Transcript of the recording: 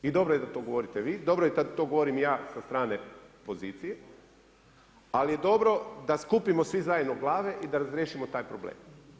I dobro je da to govorite vi, dobro je da to govorim i ja sa strane pozicije ali je dobro da skupimo svi zajedno glave i da razriješimo taj problem.